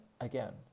again